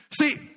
See